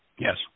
Yes